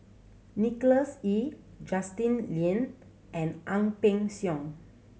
Nicholas Ee Justin Lean and Ang Peng Siong